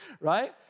Right